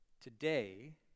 Today